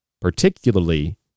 particularly